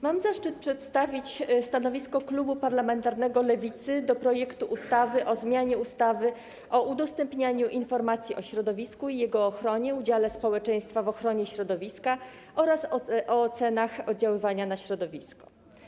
Mam zaszczyt przedstawić stanowisko klubu parlamentarnego Lewicy odnośnie do projektu ustawy o zmianie ustawy o udostępnianiu informacji o środowisku, jego ochronie, udziale społeczeństwa w ochronie środowiska oraz o ocenach oddziaływania na środowisko.